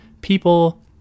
people